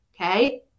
okay